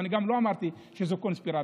ואני גם לא אמרתי שזאת קונספירציה.